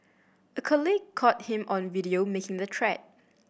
a colleague caught him on video making the threat